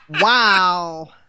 wow